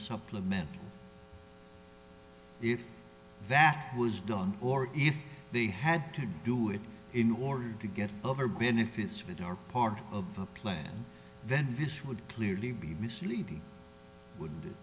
supplement if that was done or if they had to do it in order to get over benefits are part of a plan then this would clearly be misleading